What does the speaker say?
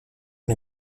and